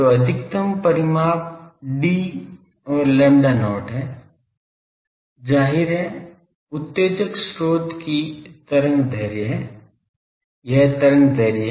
तो अधिकतम परिमाप D और lambda not है जाहिर है उत्तेजक स्रोत की तरंग दैर्ध्य है यह तरंग दैर्ध्य है